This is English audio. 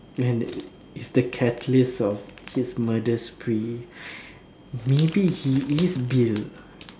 man it's the catalyst of his murder spree maybe he is Bill